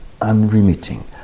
unremitting